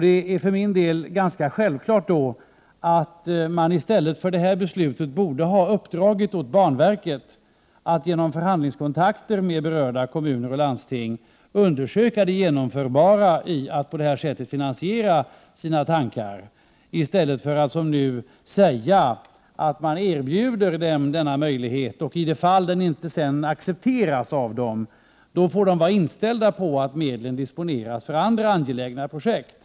Det är för min del ganska självklart att man i stället för det här beslutet borde ha uppdragit åt banverket att genom förhandlingskontakter med berörda kommuner och landsting undersöka det genomförbara i att på det här viset finansiera sina tankar, i stället för att som nu säga att vi erbjuder denna möjlighet och att man ifall den inte accepteras får vara inställd på att medlen disponeras för andra angelägna projekt.